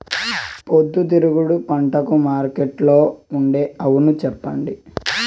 పొద్దుతిరుగుడు పంటకు మార్కెట్లో ఉండే అవును చెప్పండి?